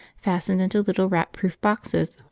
fastened into little rat-proof boxes,